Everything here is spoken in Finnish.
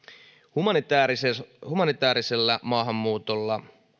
humanitäärisellä maahanmuutolla